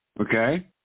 Okay